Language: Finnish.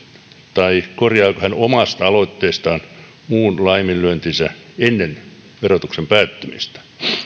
tai korjaako hän omasta aloitteestaan muun laiminlyöntinsä ennen verotuksen päättymistä